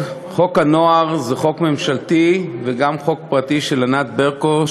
תיקון זה של חוק הנוער הוא חוק ממשלתי וגם חוק פרטי של ענת ברקו,